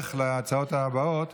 בהמשך להצבעות הבאות.